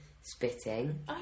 spitting